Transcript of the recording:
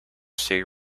state